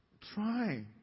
Try